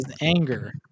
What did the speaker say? anger